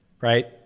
right